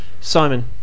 Simon